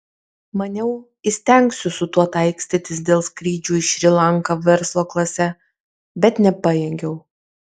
maniau įstengsiu su tuo taikstytis dėl skrydžių į šri lanką verslo klase bet nepajėgiau